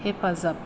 हेफाजाब